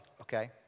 okay